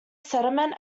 sediment